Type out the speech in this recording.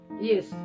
Yes